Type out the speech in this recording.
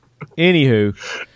Anywho